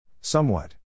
Somewhat